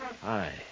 Hi